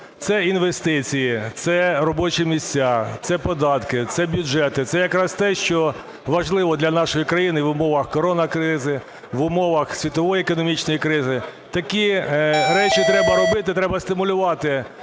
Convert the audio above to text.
Це інвестиції, це робочі місця, це податки, це бюджети – це якраз те, що важливо для нашої країни в умовах корона-кризи, в умовах світової економічної кризи. Такі речі треба робити, треба стимулювати,